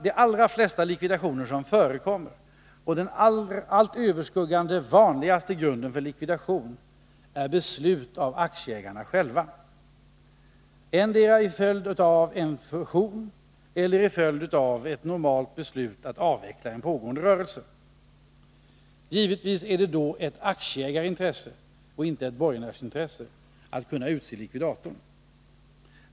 För det andra: Den absolut vanligaste grunden för likvidation är beslut av aktieägarna själva — endera till följd av en fusion, eller också till följd av ett normalt beslut att avveckla en rörelse. Givetvis är det då ett aktieägarintresse, inte ett borgenärsintresse, att likvidator kan utses.